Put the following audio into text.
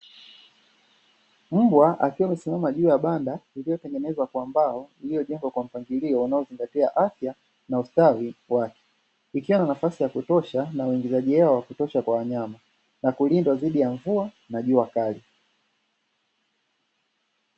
Mbwa akiwa amesimama juu ya banda iliyo tengenezwa kwa mbao, iliyojengwa kwa mpangilio unao zingatia afya na ustawi wake, ikiwa na nafasi ya kutosha na uingizaji hewa wa kutosha kwa wanyama na kulindwa dhidi ya mvua na jua kali.